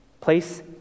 Place